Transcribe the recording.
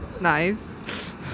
knives